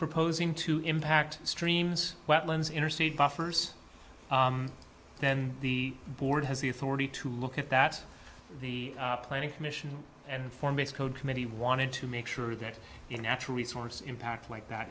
proposing to impact streams wetlands interstate buffers then the board has the authority to look at that the planning commission and form a code committee wanted to make sure that the natural resource impact like that